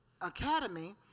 academy